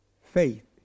faith